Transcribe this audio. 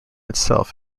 itself